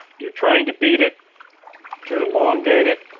you're trying to beat it to elongate it,